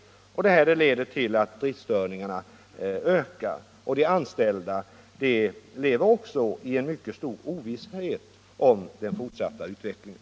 Det leder till att driftstörningarna ökar. De anställda lever också i mycket stor ovisshet om den fortsatta utvecklingen.